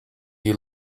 you